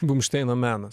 bumšteino menas